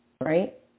right